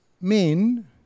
men